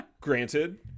Granted